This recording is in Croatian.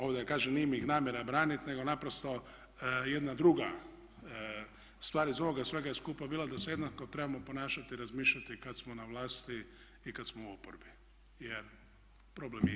Ovo da kažem, nije mi ih namjera braniti nego naprosto jedna druga stvar iz ovoga svega je skupa bila da se jednako trebamo ponašati i razmišljati kada smo na vlasti i kada smo u oporbi jer problem je isti.